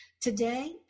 Today